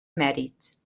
mèrits